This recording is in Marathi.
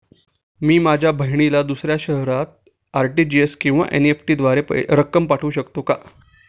मी माझ्या बहिणीला दुसऱ्या शहरात आर.टी.जी.एस किंवा एन.इ.एफ.टी द्वारे देखील रक्कम पाठवू शकतो का?